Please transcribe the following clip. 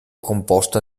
composta